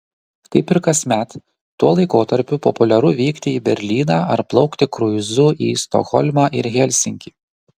kaip ir kasmet tuo laikotarpiu populiaru vykti į berlyną ar plaukti kruizu į stokholmą ir helsinkį